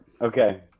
Okay